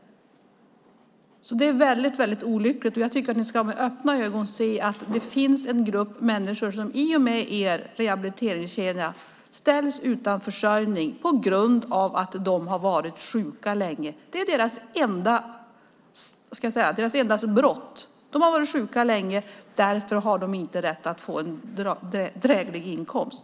Det är väldigt olyckligt. Jag tycker att ni med öppna ögon ska se att det finns en grupp människor som i och med er rehabiliteringskedja ställs utan försörjning på grund av att de har varit sjuka länge. Det är deras enda brott. De har varit sjuka länge, och därför har de inte rätt att få en dräglig inkomst.